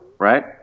right